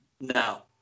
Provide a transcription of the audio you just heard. No